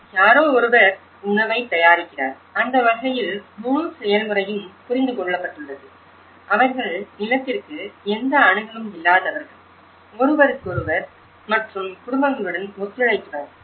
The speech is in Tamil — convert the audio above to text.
யாரோ ஒருவர் உணவைத் தயாரிக்கிறார் அந்த வகையில் முழு செயல்முறையும் புரிந்து கொள்ளப்பட்டுள்ளது அவர்கள் நிலத்திற்கு எந்த அணுகலும் இல்லாதவர்கள் ஒருவருக்கொருவர் மற்றும் குடும்பங்களுடன் ஒத்துழைத்தனர்